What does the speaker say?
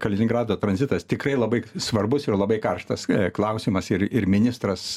kaliningrado tranzitas tikrai labai svarbus ir labai karštas klausimas ir ir ministras